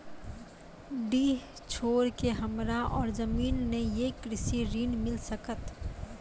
डीह छोर के हमरा और जमीन ने ये कृषि ऋण मिल सकत?